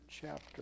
chapter